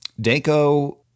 Danko